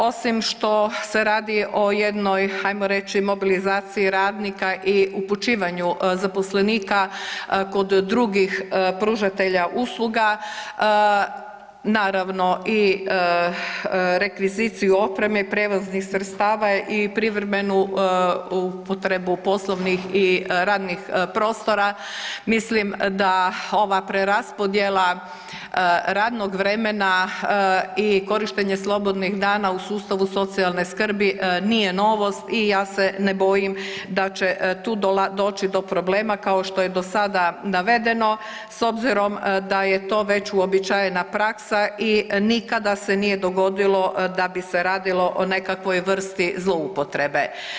Osim što se radi o jednoj, ajmo reći mobilizaciji radnika i upućivanju zaposlenika kod drugih pružatelja usluga, naravno i rekviziciju opreme prijevoznih sredstava i privremenu upotrebu poslovnih i radnih prostora mislim da ova preraspodjela radnog vremena i korištenje slobodnih dana u sustavu socijalne skrbi nije novost i ja se ne bojim da će tu doći do problema kao što je do sada navedeno s obzirom da je to već uobičajena praksa i nikada se nije dogodilo da bi se radilo o nekakvoj vrsti zloupotrebe.